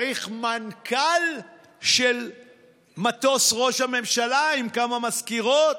צריך מנכ"ל של מטוס ראש הממשלה עם כמה מזכירות.